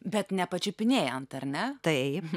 bet nepačiupinėjant ar ne